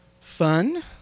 fun